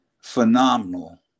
phenomenal